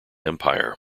empire